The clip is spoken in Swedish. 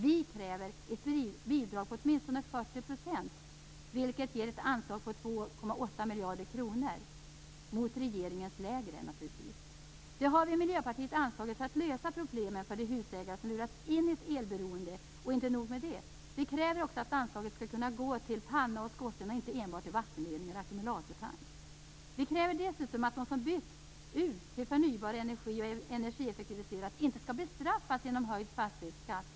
Vi kräver ett bidrag på åtminstone 40 %, vilket betyder ett anslag på 2,8 miljarder kronor. Regeringens bidrag är naturligtvis lägre. Detta vill vi i Miljöpartiet göra för att lösa problemen för de husägare som har lurats in i ett elberoende. Och inte nog med det: Vi kräver också att anslaget skall kunna gå till panna och skorsten och inte enbart till vattenledningar och ackumulatortank. Vi kräver dessutom att de som bytt till förnybar energi och energieffektiviserat inte skall bestraffas genom höjd fastighetsskatt.